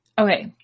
okay